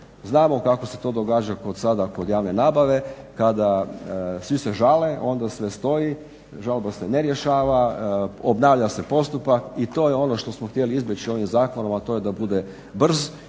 Znamo kako se to događa sada kod javne nabave kada svi se žale, onda sve stoji. Žalba se ne rješava. Obnavlja se postupak i to je ono što smo htjeli izbjeći ovim zakonom, a to je da bude brz,